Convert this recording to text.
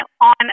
on